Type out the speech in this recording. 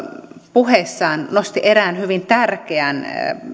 puheessaan nosti erään hyvin tärkeän